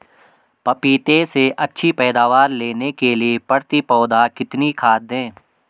पपीते से अच्छी पैदावार लेने के लिए प्रति पौधा कितनी खाद दें?